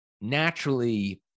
naturally